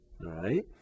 right